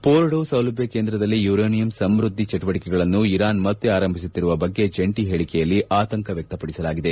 Fordow ಸೌಲಭ್ಯ ಕೇಂದ್ರದಲ್ಲಿ uranium ಸಮೃದ್ದಿ ಚಟುವಟಕೆಗಳನ್ನು ಇರಾನ್ ಮತ್ತೆ ಆರಂಭಿಸುತ್ತಿರುವ ಬಗ್ಗೆ ಜಂಟಿ ಹೇಳಿಕೆಯಲ್ಲಿ ಆತಂಕ ವ್ಯಕ್ತಪಡಿಸಲಾಗಿದೆ